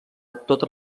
totes